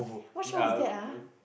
what show is that ah